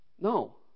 No